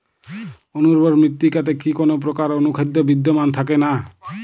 অনুর্বর মৃত্তিকাতে কি কোনো প্রকার অনুখাদ্য বিদ্যমান থাকে না?